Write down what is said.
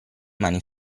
mani